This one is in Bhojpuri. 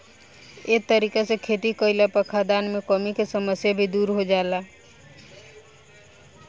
ए तरीका से खेती कईला पर खाद्यान मे कमी के समस्या भी दुर हो जाला